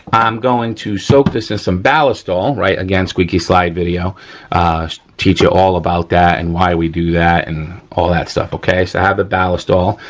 i'm going to soak this in some ballistol right, again, squeaky slide video teach you all about that and why we do that and all that stuff, okay? so, i have a ballistol,